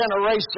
generation